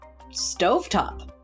Stovetop